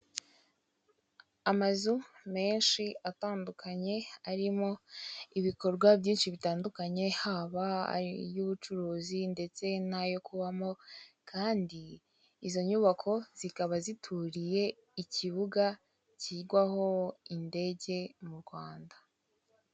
Amazu menshi atandukanye arimo ibikorwa byinshi bitandukanye, haba ay'ubucuruzi ndetse n'ayo kubamo. Kandi izo nyubako zikaba zituriye ikibuga kigwaho indege mu Rwanda.